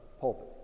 pulpit